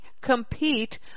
compete